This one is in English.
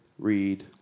read